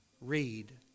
read